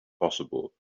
possible